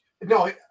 No